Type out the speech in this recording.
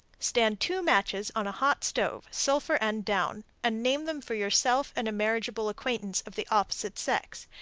stand two matches on a hot stove, sulphur end down, and name them for yourself and a marriageable acquaintance of the opposite sex.